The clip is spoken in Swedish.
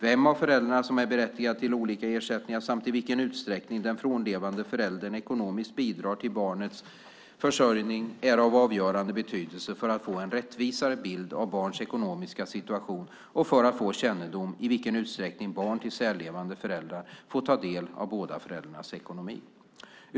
Vem av föräldrarna som är berättigad till olika ersättningar samt i vilken utsträckning den frånlevande föräldern ekonomiskt bidrar till barnets försörjning är av avgörande betydelse för att få en rättvisare bild av barns ekonomiska situation och för att få kännedom om i vilken utsträckning barn till särlevande föräldrar får ta del av båda föräldrarnas ekonomi.